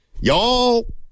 y'all